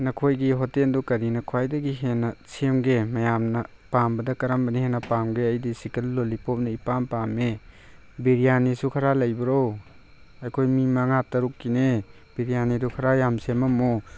ꯅꯈꯣꯏꯒꯤ ꯍꯣꯇꯦꯜꯗꯣ ꯀꯔꯤꯅ ꯈ꯭ꯋꯥꯏꯗꯒꯤ ꯍꯦꯟꯅ ꯁꯦꯝꯒꯦ ꯃꯌꯥꯝꯅ ꯄꯥꯝꯕꯗ ꯀꯔꯝꯕꯅ ꯍꯦꯟꯅ ꯄꯥꯝꯒꯦ ꯑꯩꯗꯤ ꯆꯤꯀꯟ ꯂꯣꯜꯂꯤꯄꯣꯞꯅ ꯏꯄꯥꯝ ꯄꯥꯝꯃꯦ ꯕꯤꯔꯌꯥꯅꯤꯁꯨ ꯈꯔ ꯂꯩꯕꯔꯣ ꯑꯩꯈꯣꯏ ꯃꯤ ꯃꯉꯥ ꯇꯔꯨꯛꯀꯤꯅꯦ ꯕꯤꯔꯌꯥꯅꯤꯗꯨ ꯈꯔ ꯌꯥꯝ ꯁꯦꯝꯃꯝꯃꯣ